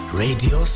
radio